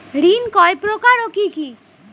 ঋণ কয় প্রকার ও কি কি?